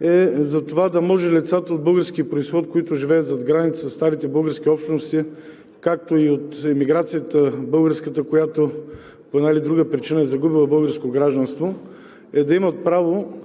е за това да може лицата от български произход, които живеят зад граница – старите български общности, както и от българската емиграция, която по една или друга причина е загубила българско гражданство, да имат право